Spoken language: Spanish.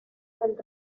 del